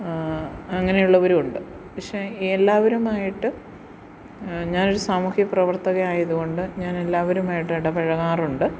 അങ്ങനെയുള്ളവരൂണ്ട് പക്ഷെ എല്ലാവരുമായിട്ട് ഞാൻ ഒരു സാമൂഹ്യ പ്രവർത്തകയായതുകൊണ്ട് ഞാൻ എല്ലാവരുമായിട്ട് ഇടപഴകാറുണ്ട്